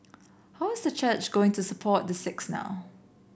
how is the church going to support the six now